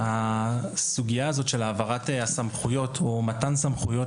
הסוגיה הזאת של העברת הסמכויות או מתן סמכויות